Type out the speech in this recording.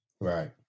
Right